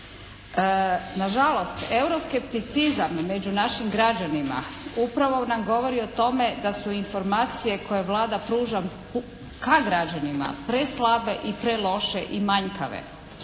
nažalost euro skepticizam među našim građanima upravo nam govori o tome da su informacije koje Vlada pruža ka građanima preslabe i preloše i manjkave.